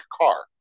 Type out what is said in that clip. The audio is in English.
car